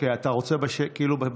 אתה רוצה בבאה?